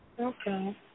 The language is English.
Okay